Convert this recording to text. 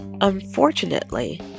Unfortunately